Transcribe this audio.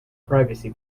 privacy